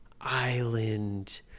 Island